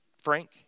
frank